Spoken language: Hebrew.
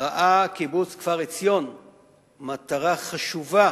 ראה קיבוץ כפר-עציון מטרה חשובה,